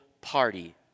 party